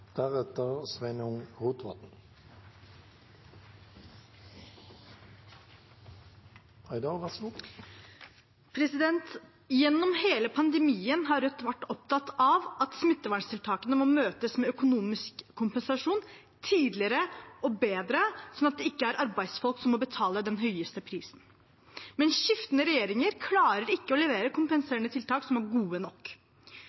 vært opptatt av at smitteverntiltakene må møtes tydeligere og bedre med økonomisk kompensasjon, sånn at det ikke er arbeidsfolk som må betale den høyeste prisen. Men skiftende regjeringer klarer ikke å levere kompenserende tiltak som er gode nok.